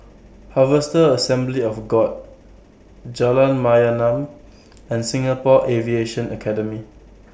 Harvester Assembly of God Jalan Mayaanam and Singapore Aviation Academy